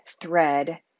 thread